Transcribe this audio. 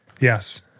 Yes